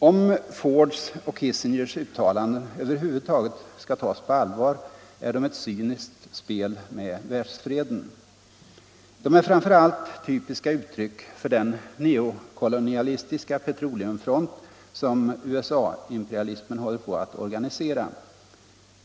Om Fords och Kissingers 4 februari 1975 uttalanden över huvud taget skall tas på allvar är de ett cyniskt spel LL med världsfreden. Om USA:s hållning De är framför allt typiska uttryck för den neokolonialistiska petro = till de oljeproduceleumfront, som USA-imperialismen håller på att organisera.